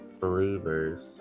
believers